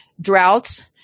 droughts